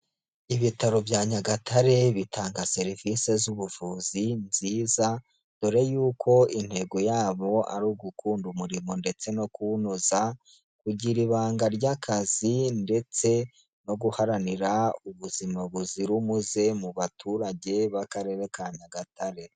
Ibitaro bya Nyagatare bitanga serivisi z'ubuvuzi nziza, dore yuko intego yabo ari ugukunda umurimo ndetse no kuwunoza, kugira ibanga ry'akazi ndetse no guharanira ubuzima buzira umuze mu baturage b'Akarere ka Nyagatare.